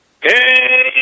Hey